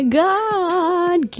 god